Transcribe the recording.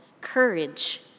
courage